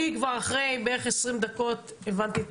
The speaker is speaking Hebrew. אני כבר אחרי בערך 20 דקות הבנתי את